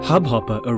Hubhopper